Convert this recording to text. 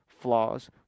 flaws